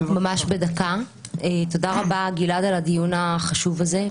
תודה רבה, גלעד, על הדיון החשוב הזה.